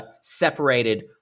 separated